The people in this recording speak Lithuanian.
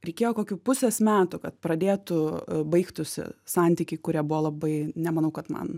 reikėjo kokių pusės metų kad pradėtų baigtųsi santykiai kurie buvo labai nemanau kad man